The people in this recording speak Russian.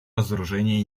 разоружения